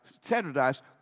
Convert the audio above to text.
standardized